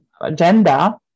agenda